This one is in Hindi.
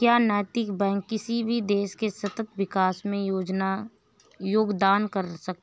क्या नैतिक बैंक किसी भी देश के सतत विकास में योगदान कर सकते हैं?